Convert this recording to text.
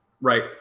right